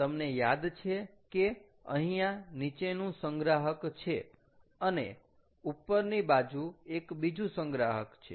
તમને યાદ છે કે અહીંયા નીચેનું સંગ્રાહક છે અને ઉપરની બાજુ એક બીજું સંગ્રાહક છે